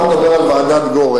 אתה מדבר על ועדת-גורן.